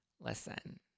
Listen